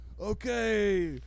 Okay